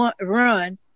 run